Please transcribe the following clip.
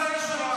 ואינני נזקקת,